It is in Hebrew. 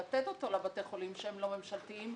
לתת לבתי החולים שהם לא ממשלתיים,